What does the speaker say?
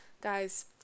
guys